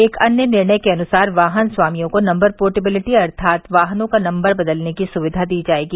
एक अन्य निर्णय के अनुसार वाहन स्वामियों को नम्बर पोर्टविलिटी अर्थात वाहनों का नम्बर बदलने की सुविधा दी जायेगी